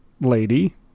lady